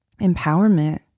empowerment